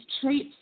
traits